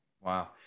Wow